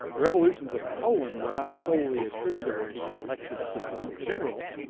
the revolutions of poland were not solely attributable to the elective system in general,